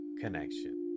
connection